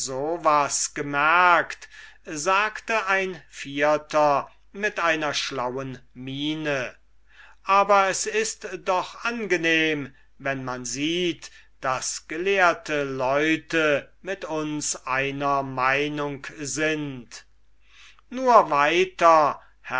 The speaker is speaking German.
sagte ein vierter mit einer schlauen miene aber es ist doch angenehm wenn man sieht daß gelehrte leute mit uns einer meinung sind nur weiter